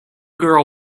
girl